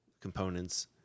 components